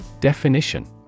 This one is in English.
Definition